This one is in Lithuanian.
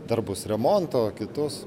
darbus remonto kitus